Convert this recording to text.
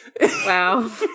Wow